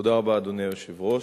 אדוני היושב-ראש,